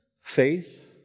faith